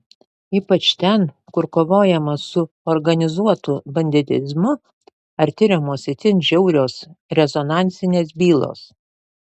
ypač ten kur kovojama su organizuotu banditizmu ar tiriamos itin žiaurios rezonansinės bylos